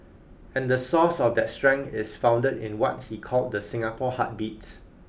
and the source of that strength is founded in what he called the Singapore heartbeat